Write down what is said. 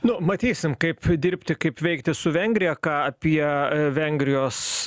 nu matysim kaip dirbti kaip veikti su vengrija ką apie vengrijos